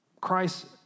Christ